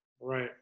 right